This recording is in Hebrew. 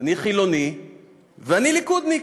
אני חילוני ואני ליכודניק,